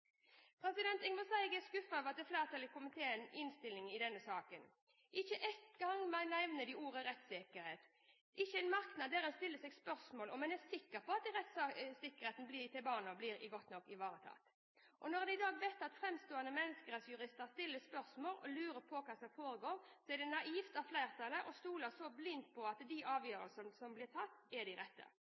vurderinger. Jeg må si jeg er skuffet over komiteens flertallsinnstilling i denne saken. Ikke én gang nevner flertallet ordet «rettssikkerhet». Det er ikke én merknad der en stiller seg spørsmål om en er sikker på at barnas rettssikkerhet blir godt nok ivaretatt. Når en i dag vet at fremstående menneskerettsjurister stiller spørsmål og lurer på hva som foregår, er det naivt av flertallet å stole så blindt på at de avgjørelsene som blir tatt, er de rette.